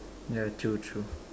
ya true true